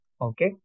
Okay